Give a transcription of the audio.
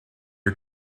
are